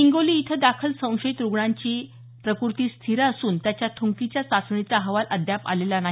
हिंगोली इथं दाखल संशयित रुग्णाची प्रकृती स्थिर असून त्याच्या थुंकीच्या चाचणीचा अहवाल अद्याप आलेला नाही